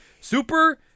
super